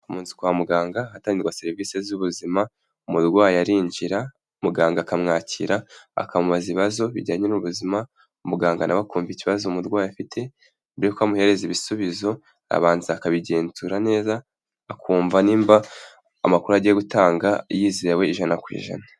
Mu nzu kwa muganga ahatangirwagwa serivisi z'ubuzima, umurwayi arinjira muganga akamwakira, akamubaza ibibazo bijyanye n'ubuzima, muganga na we akumva ikibazo umurwayi afite, mbere y'uko amuhereza ibisubizo arabanza akabigenzura neza akumva niba amakuru agiye gutanga yizewe ijana ku ijana.